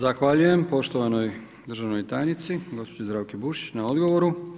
Zahvaljujem poštovanoj državnoj tajnici gospođi Zdravki Bušić na odgovoru.